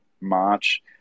March